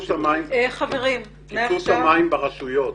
קיצוץ המים ברשויות.